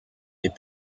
les